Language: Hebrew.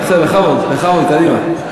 בכבוד, קדימה.